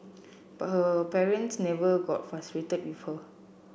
but her parents never got frustrated with her